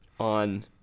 on